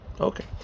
Okay